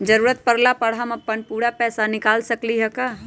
जरूरत परला पर हम अपन पूरा पैसा निकाल सकली ह का?